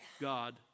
God